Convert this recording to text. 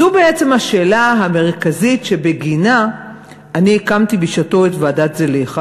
זו בעצם השאלה המרכזית שבגינה הקמתי בשעתי את ועדת זליכה.